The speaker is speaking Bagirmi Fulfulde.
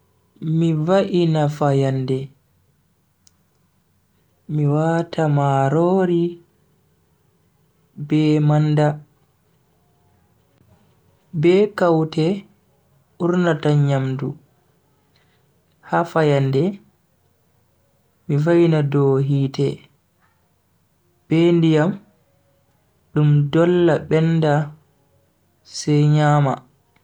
Mi va'ina fayande, mi wata marori be manda be kaute urnata nyamdu ha fayande. mi va'ina dow hite be ndiyam dum dolla benda sai nyama.